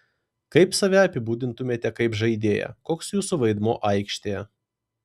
kaip save apibūdintumėte kaip žaidėją koks jūsų vaidmuo aikštėje